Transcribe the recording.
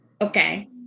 okay